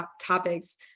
topics